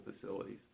facilities